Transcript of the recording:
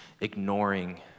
ignoring